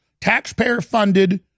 taxpayer-funded